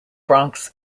bronx